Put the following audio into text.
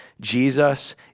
Jesus